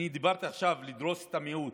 אני דיברתי עכשיו על דריסת המיעוט.